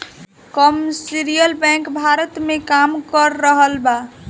commercial bank Bharat में काम कर रहल बा